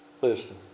Listen